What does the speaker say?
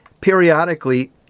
Periodically